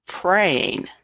praying